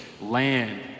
land